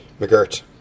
McGirt